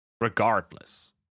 regardless